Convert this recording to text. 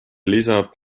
lisab